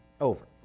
over